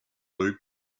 loop